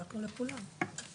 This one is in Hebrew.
שלחנו לכולם.